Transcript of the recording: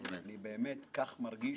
באמת כך אני מרגיש,